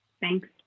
Thanks